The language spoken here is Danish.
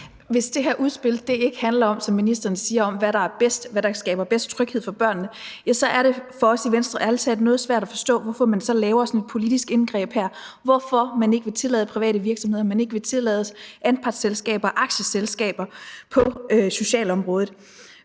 ministeren siger, nemlig hvad der bedst skaber tryghed for børnene, så er det for os i Venstre ærlig talt noget svært at forstå, hvorfor man så laver sådan et politisk indgreb her, altså, hvorfor man ikke vil tillade private virksomheder, man ikke vil tillade anpartsselskaber og aktieselskaber på socialområdet.